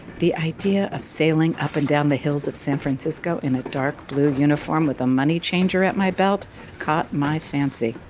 the idea of sailing up and down the hills of san francisco in a dark blue uniform with a money changer at my belt caught my fancy.